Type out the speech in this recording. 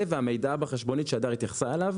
זה והמידע בחשבונית שהדר התייחסה אליו,